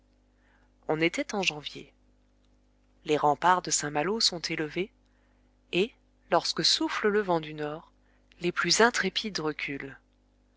on était en janvier les remparts de saint-malo sont élevés et lorsque souffle le vent du nord les plus intrépides reculent